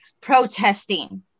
protesting